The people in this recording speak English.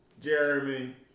Jeremy